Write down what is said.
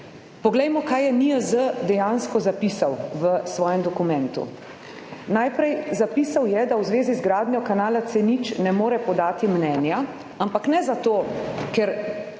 Poglejmo kaj je NIJZ dejansko zapisal v svojem dokumentu. Najprej, zapisal je, da v zvezi z gradnjo kanala C0 nič ne more podati mnenja, ampak ne zato, ker